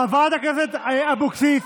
חברת הכנסת אבקסיס,